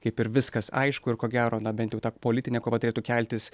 kaip ir viskas aišku ir ko gero na bent jau ta politinė kova turėtų keltis